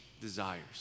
desires